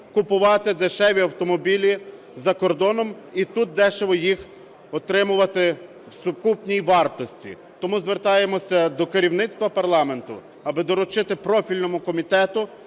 купувати дешеві автомобілі за кордоном і тут дешево їх отримувати в сукупній вартості. Тому звертаємося до керівництва парламенту, аби доручити профільному комітету